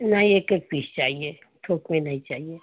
नहीं एक एक पीस चाहिए थोक में नहीं चाहिए